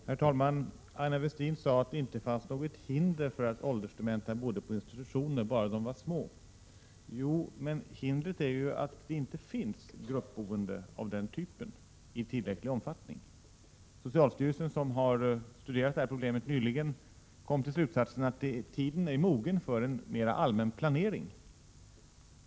Herr talman! Aina Westin sade att det inte finns något hinder för att åldersdementa skall bo på institutioner bara de är små. Ja, men hindret är ju att det inte finns gruppboende av den typen i tillräcklig omfattning. Socialstyrelsen har nyligen studerat problemet och kommit till slutsatsen att tiden är mogen för en mera allmän planering.